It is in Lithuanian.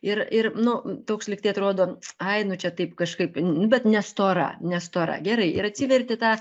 ir ir nu toks lygtai atrodo ai nu čia taip kažkaip nu bet nestora nestora gerai ir atsiverti tą